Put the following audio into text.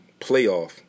playoff